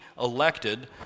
elected